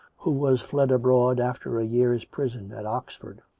who was fled abroad after a year's prison at oxford